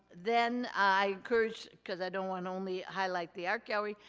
then, i encourage, because i don't wanna only highlight the art gallery,